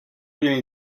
viene